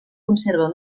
conserva